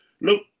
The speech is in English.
look